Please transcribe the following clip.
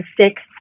Six